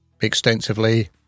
extensively